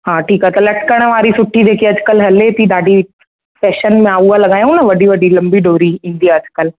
हा ठीकु आहे त लटकण वारी सुठी जेकी अॼुकल्ह हले थी ॾाढी फैशन में आहे उहा लॻायूं न वॾी वॾी लंबी डोरी जेकी ईंदी आहे अॼुकल्ह